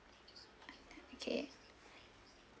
okay